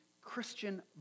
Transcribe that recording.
Christian